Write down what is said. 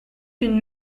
une